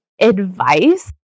advice